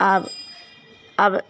आब आब